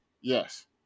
Yes